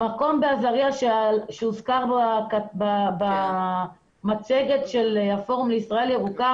המקום עזריה - שהוזכר במצגת של הפורום לישראל ירוקה